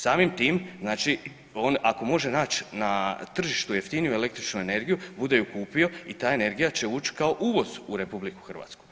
Samim tim znači on ako može nać na tržištu jeftiniju električnu energiju, bude ju kupio i ta energija će uć kao uvoz u RH.